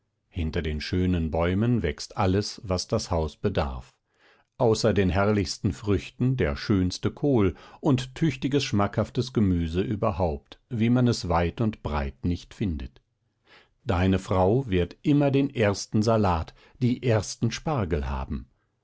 hinter den schönen bäumen wächst alles was das haus bedarf außer den herrlichsten früchten der schönste kohl und tüchtiges schmackhaftes gemüse überhaupt wie man es weit und breit nicht findet deine frau wird immer den ersten salat die ersten spargel haben